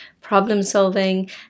problem-solving